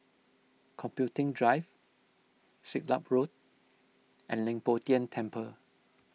Computing Drive Siglap Road and Leng Poh Tian Temple